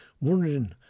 wondering